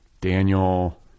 daniel